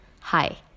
Hi